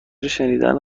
شنیدن